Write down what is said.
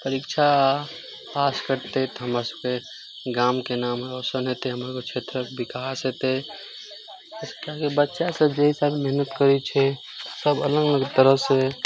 परीक्षा पास करतै तऽ हमर सभके गामके नाम रौशन हेतै हमर क्षेत्रक विकास हेतै किएकि बच्चा सभ जहि साल मेहनत करै छै सभ अलग अलग तरहसँ